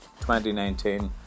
2019